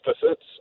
deficits